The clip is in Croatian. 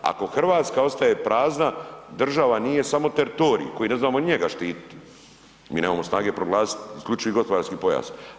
Ako Hrvatska ostaje prazna, država nije samo teritorij koji ne znamo ni njega štititi, mi nemamo snage proglasiti isključivi gospodarski pojas.